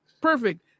perfect